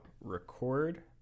record